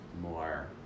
more